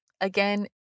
Again